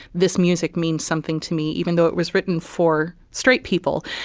this music means something to me even though it was written for straight people.